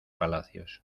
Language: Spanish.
palacios